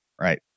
right